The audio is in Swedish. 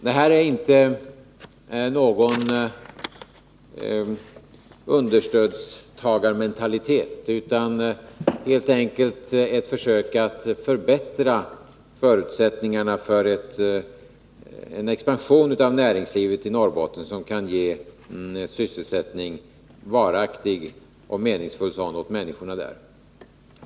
Det här är inte någon understödstagarmentalitet, utan helt enkelt ett försök att förbättra förutsättningarna för en expansion av näringslivet i Norrbotten som kan ge sysselsättning, varaktig och meningsfull sådan, åt människorna där.